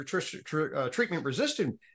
treatment-resistant